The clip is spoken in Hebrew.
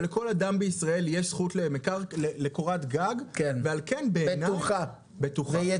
אבל לכל אדם יש זכות לקורת גג --- בטוחה ויציבה.